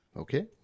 Okay